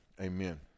Amen